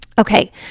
Okay